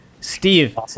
Steve